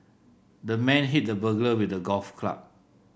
the man hit the burglar with a golf club